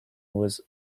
was